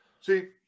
See